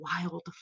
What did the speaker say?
wild